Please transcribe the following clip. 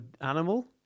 animal